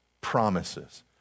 promises